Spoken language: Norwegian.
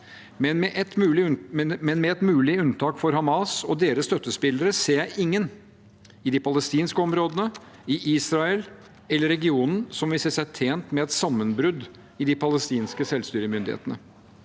men med et mulig unntak for Hamas og deres støttespillere, ser jeg ingen – i de palestinske områdene, i Israel eller i regionen – som vil se seg tjent med et sammenbrudd i de palestinske selvstyremyndighetene.